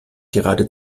gerade